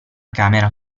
camera